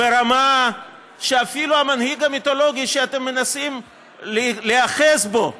ברמה שאפילו המנהיג המיתולוגי שאתם מנסים להיאחז בו,